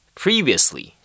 previously